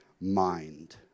mind